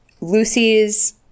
Lucy's